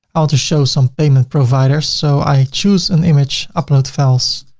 ah to show some payment providers. so i choose an image, upload files,